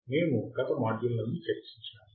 మేము గత మాడ్యుల్ నందు చర్చించాము